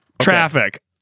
traffic